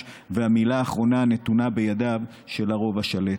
והמילה האחרונה נתונה בידיו של הרוב השלט.